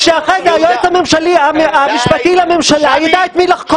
שאחרי זה היועץ המשפטי לממשלה יידע את מי לחקור.